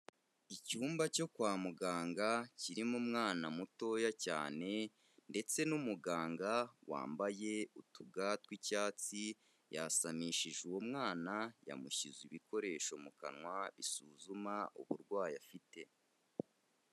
Icyumba cyo kwa muganga, kirimo umwana mutoya cyane, ndetse n'umuganga, wambaye utu ga tw'icyatsi, yasamishije uwo mwana, yamushyize ibikoresho mu kanwa, bisuzuma uburwayi afite.